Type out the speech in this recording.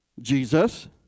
Jesus